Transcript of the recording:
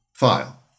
file